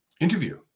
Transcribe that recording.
interview